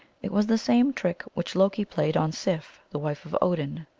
it was the same trick which loki played on sif, the wife of odin.